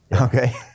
Okay